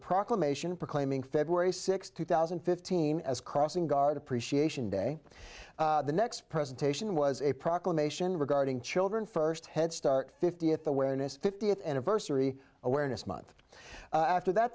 proclamation proclaiming february sixth two thousand and fifteen as a crossing guard appreciation day the next presentation was a proclamation regarding children first head start fiftieth awareness fiftieth anniversary awareness month after that